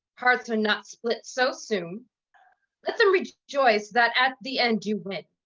hearts are not split so soon let them rejoice that at the end do win.